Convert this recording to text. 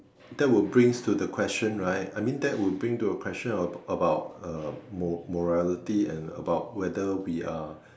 that would brings to the question right I mean that would bring to a question about uh mo~ morality and about whether we are